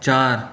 चारि